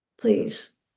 Please